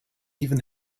even